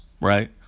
Right